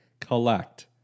Collect